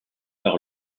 par